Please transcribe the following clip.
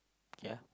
okay ah